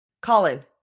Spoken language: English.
Colin